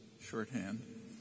shorthand